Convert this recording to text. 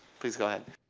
please go ahead.